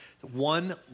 one